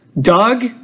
Doug